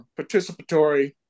participatory